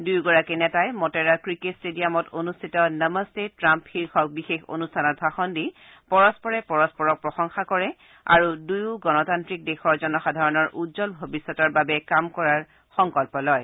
দুয়োগৰাকী নেতাই মটেৰা ক্ৰিকেট ট্টেডিয়ামত অনুষ্ঠিত নমস্তে ট্ৰাম্প শীৰ্ষক বিশেষ অনুষ্ঠানত ভাষণ দি পৰম্পৰে পৰষ্পৰক প্ৰসংশা কৰে আৰু দুয়ো গণতান্তিক দেশৰ জনসাধাৰণৰ উজ্বল ভৱিষ্যতৰ বাবে কাম কৰাৰ সংকল্প লয়